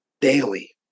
Daily